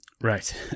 Right